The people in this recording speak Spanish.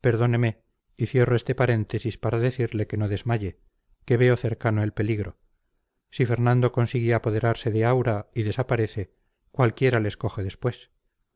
perdóneme y cierro este paréntesis para decirle que no desmaye que veo cercano el peligro si fernando consigue apoderarse de aura y desaparece cualquiera les coge después